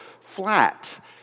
flat